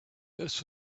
this